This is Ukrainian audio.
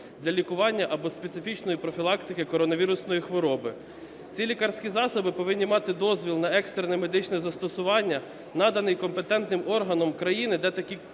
для лікування або специфічної профілактики коронавірусної хвороби. Ці лікарські засоби повинні мати дозвіл на екстрене медичне застосування, наданий компетентним органом країни, де такі препарати